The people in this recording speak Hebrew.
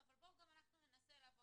אבל בואו גם אנחנו ננסה לעבוד.